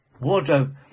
Wardrobe